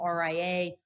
RIA